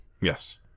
Yes